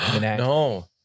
No